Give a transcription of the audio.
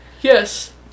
Yes